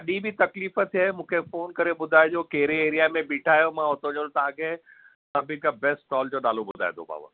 तॾहिं बि तकलीफ़ थिए मूंखे फोन करे ॿुधाइजो त कहिड़े एरिया में बीठा आहियो मां हुते जो तव्हां खे सभ खां बेस्ट स्टॉल जो नालो ॿुधाईंदोमांव